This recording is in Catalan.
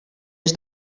les